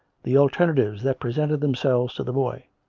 the alternatives that presented themselves to the boy,